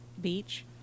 beach